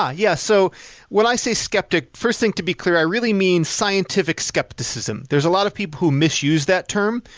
yeah so what i say skeptic. first thing to be clear, i really mean scientific skepticism. there's a lot of people who misuse that term.